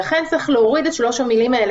לכן צריך להוריד את שלוש המילים האלה,